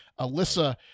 Alyssa